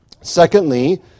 Secondly